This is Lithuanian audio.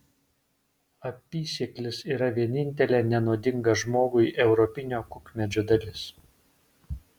apysėklis yra vienintelė nenuodinga žmogui europinio kukmedžio dalis